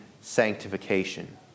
sanctification